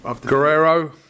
Guerrero